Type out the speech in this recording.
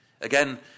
again